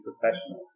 professionals